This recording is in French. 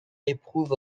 éprouve